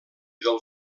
del